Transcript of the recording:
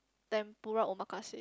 tempura omakase